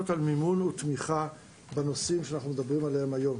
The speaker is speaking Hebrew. על מימון ותמיכה בנושאים שאנחנו מדברים עליהם היום,